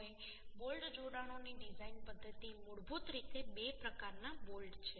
હવે બોલ્ટ જોડાણોની ડિઝાઇન પદ્ધતિ મૂળભૂત રીતે બે પ્રકારના બોલ્ટ છે